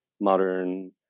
modern